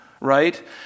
right